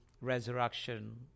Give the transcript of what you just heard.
resurrection